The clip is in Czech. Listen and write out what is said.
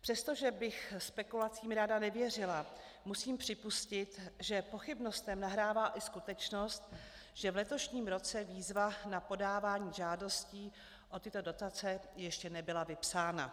Přestože bych spekulacím ráda nevěřila, musím připustit, že pochybnostem nahrává i skutečnost, že v letošním roce výzva na podávání žádostí o tyto dotace ještě nebyla vypsána.